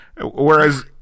whereas